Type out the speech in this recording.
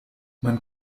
man